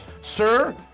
Sir